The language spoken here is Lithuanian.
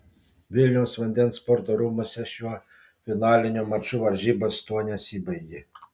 vilniaus vandens sporto rūmuose šiuo finaliniu maču varžybos tuo nesibaigė